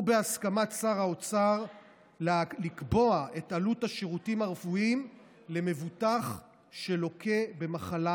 ובהסכמת שר האוצר לקבוע את עלות השירותים הרפואיים למבוטח שלוקה במחלה,